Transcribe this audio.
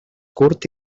curt